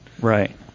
right